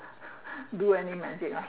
do any imagine